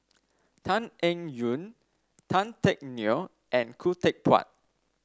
Tan Eng Yoon Tan Teck Neo and Khoo Teck Puat